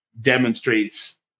demonstrates